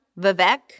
Vivek